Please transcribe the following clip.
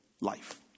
life